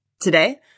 Today